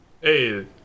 Hey